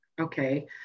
okay